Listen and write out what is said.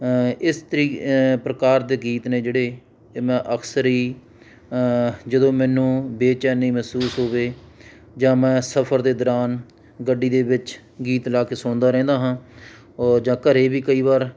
ਇਸ ਤਰੀ ਪ੍ਰਕਾਰ ਦੇ ਗੀਤ ਨੇ ਜਿਹੜੇ ਮੈਂ ਅਕਸਰ ਹੀ ਜਦੋਂ ਮੈਨੂੰ ਬੇਚੈਨੀ ਮਹਿਸੂਸ ਹੋਵੇ ਜਾਂ ਮੈਂ ਸਫਰ ਦੇ ਦੌਰਾਨ ਗੱਡੀ ਦੇ ਵਿੱਚ ਗੀਤ ਲਾ ਕੇ ਸੁਣਦਾ ਰਹਿੰਦਾ ਹਾਂ ਜਾਂ ਘਰ ਵੀ ਕਈ ਵਾਰ